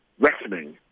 reckoning